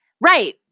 Right